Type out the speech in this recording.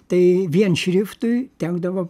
tai vien šriftui tekdavo